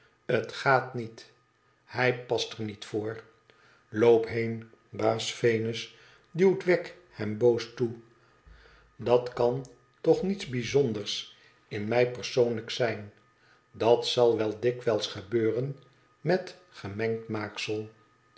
t gaat niet hij past er niet voor loop heen baas venus duwt wegg hem boos toe dat kan toch niets bijzonders in mij persoonlijk zijn dat zal wel dikwijls gebeuren met